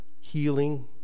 healing